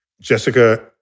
Jessica